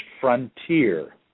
frontier